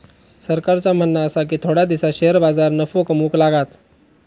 सरकारचा म्हणणा आसा की थोड्या दिसांत शेअर बाजार नफो कमवूक लागात